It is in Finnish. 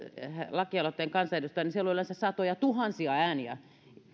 lakialoitteen niin siellä on yleensä yhteensä satojatuhansia ääniä